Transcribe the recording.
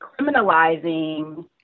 criminalizing